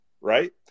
Right